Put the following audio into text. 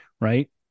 right